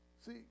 See